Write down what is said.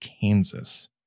Kansas